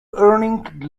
earning